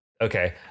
okay